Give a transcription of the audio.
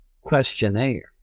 questionnaire